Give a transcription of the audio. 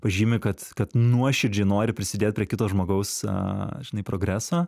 pažymi kad kad nuoširdžiai nori prisidėt prie kito žmogaus aaa žinai progreso